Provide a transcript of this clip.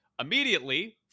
immediately